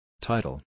Title